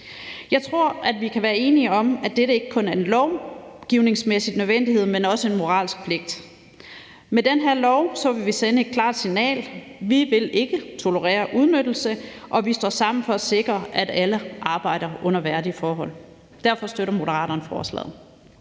Jeg tror, at vi kan være enige om, at dette ikke kun er en lovgivningsmæssig nødvendighed, men også en moralsk pligt. Med den her lov vil vi sende et klart signal: Vi vil ikke tolerere udnyttelse, og vi står sammen for at sikre, at alle arbejder under værdige forhold. Derfor støtter Moderaterne forslaget.